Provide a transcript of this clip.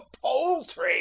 poultry